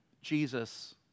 Jesus